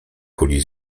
kuli